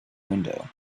window